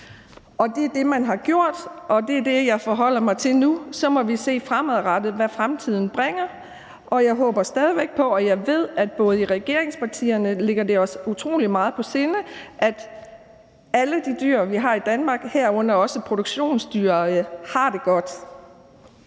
Det er det, man har gjort, og det er det, jeg forholder mig til nu. Så må vi se, hvad fremtiden bringer. Jeg ved, at i regeringspartierne ligger det os utrolig meget på sinde, at alle de dyr, vi har i Danmark, herunder også produktionsdyr, har det godt.